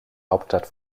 hauptstadt